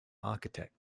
architect